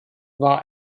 war